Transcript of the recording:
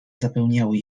zapełniały